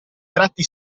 tratti